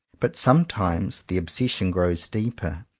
but some times the obsession grows deeper.